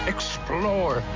Explore